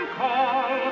call